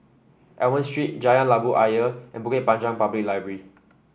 Almond Street Jalan Labu Ayer and Bukit Panjang Public Library